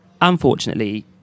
unfortunately